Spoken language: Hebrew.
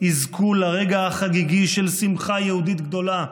יזכו לרגע החגיגי של שמחה יהודית גדולה,